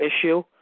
issue